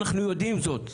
אנחנו יודעים זאת,